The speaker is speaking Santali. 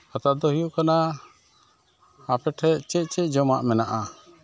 ᱠᱟᱛᱷᱟ ᱫᱚ ᱦᱩᱭᱩᱜ ᱠᱟᱱᱟ ᱟᱯᱮ ᱴᱷᱮᱱ ᱪᱮᱫ ᱪᱮᱫ ᱡᱚᱢᱟᱜ ᱢᱮᱱᱟᱜᱼᱟ